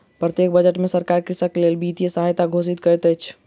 प्रत्येक बजट में सरकार कृषक के लेल वित्तीय सहायता घोषित करैत अछि